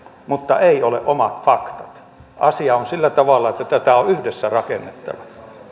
mutta ei ole omat faktat asia on sillä tavalla että tätä on yhdessä rakennettava